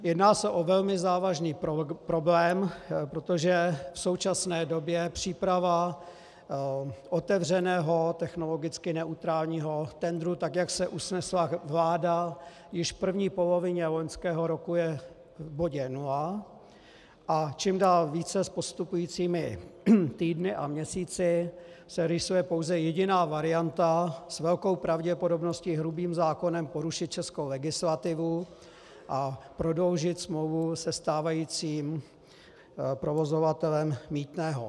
Jedná se o velmi závažný problém, protože v současné době příprava otevřeného, technologicky neutrálního tendru, tak jak se usnesla vláda již v první polovině loňského roku, je v bodě nula a čím dál více se s postupujícími týdny a měsíci rýsuje pouze jediná varianta s velkou pravděpodobností hrubým zákonem porušit českou legislativu a prodloužit smlouvu se stávajícím provozovatelem mýtného.